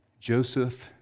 Joseph